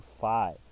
five